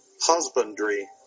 husbandry